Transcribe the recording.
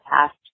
past